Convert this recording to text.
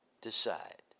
decide